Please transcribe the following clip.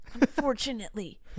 Unfortunately